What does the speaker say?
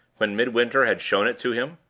when midwinter had shown it to him,